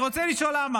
שאסור להשתמש